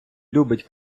любить